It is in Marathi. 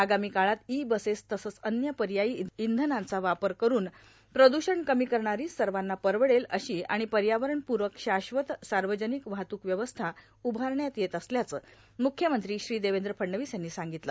आगामी काळात ई बसेस तसंच अन्य पयायी इंधनांचा वापर करुन प्रदूषण कमी करणारां सवाना परवडेल अशी आर्मण पयावरणपूरक शाश्वत सावर्जानक वाहतूक व्यवस्था उभारण्यात येत असल्याचं मुख्यमंत्री श्री देवद्र फडणवीस यांनी सांगगतलं